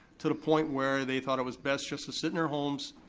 to the point where they thought it was best just to sit in their homes,